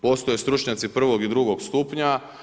Postoje stručnjaci prvog i drugog stupnja.